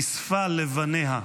כיספה לבניה.